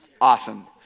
Awesome